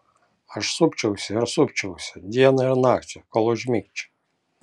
aš supčiausi ir supčiausi dieną ir naktį kol užmigčiau